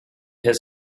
has